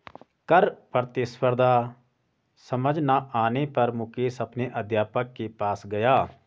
कर प्रतिस्पर्धा समझ ना आने पर मुकेश अपने अध्यापक के पास गया